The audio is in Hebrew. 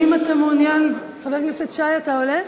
חבר הכנסת שי עולה?